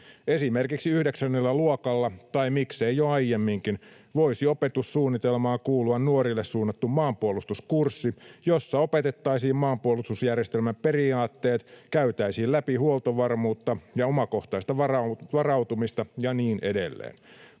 Esimerkiksi yhdeksännellä luokalla, tai miksei jo aiemminkin, voisi opetussuunnitelmaan kuulua nuorille suunnattu maanpuolustuskurssi, jossa opetettaisiin maanpuolustusjärjestelmän periaatteet, käytäisiin läpi huoltovarmuutta ja omakohtaista varautumista ja niin edelleen.